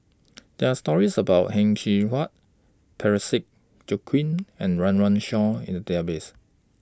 There Are stories about Heng Cheng Hwa Parsick Joaquim and Run Run Shaw in The Database